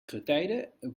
getijden